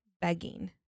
begging